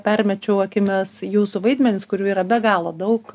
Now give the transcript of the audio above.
permečiau akimis jūsų vaidmenis kurių yra be galo daug